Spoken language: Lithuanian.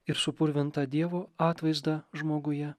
ir supurvintą dievo atvaizdą žmoguje